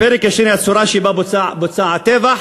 הפרק השני, הצורה שבה בוצע הטבח,